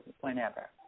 whenever